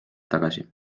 tagasi